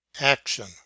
Action